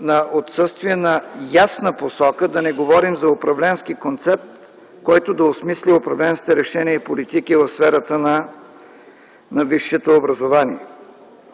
на отсъствие на ясна посока, да не говорим за управленски концепт, който да осмисли управленските решения и политики в сферата на висшето образование.